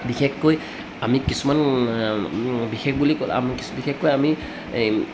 বিশেষকৈ আমি কিছুমান বিশেষ বুলি ক'লে আম বিশেষকৈ আমি